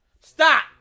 Stop